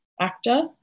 actor